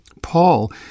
Paul